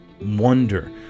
wonder